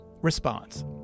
response